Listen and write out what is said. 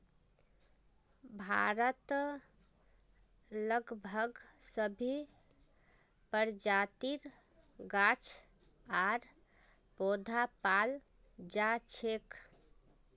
भारतत लगभग सभी प्रजातिर गाछ आर पौधा पाल जा छेक